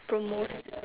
promos